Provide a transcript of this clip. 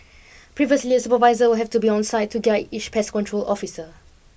previously supervisor would have to be on site to guide each pest control officer